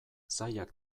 zailak